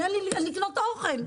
אין לי לקנות אוכל.